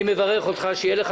אני מברך אותך שיהיה לך